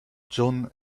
john